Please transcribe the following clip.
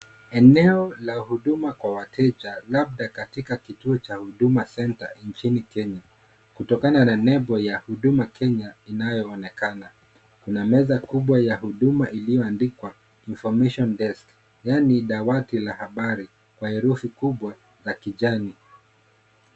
Eneo la huduma kwa wateja, labda katika kituo cha Huduma center inchini Kenya. Kutokana na nembo ya Huduma Kenya inaonekana. Na meza kubwa ya huduma ilioandikwa information desks Yaani dawati la habari kwa herufi kubwa ya kijani.